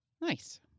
Nice